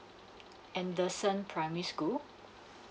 anderson primary school